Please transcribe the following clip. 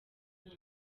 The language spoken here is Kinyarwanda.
nama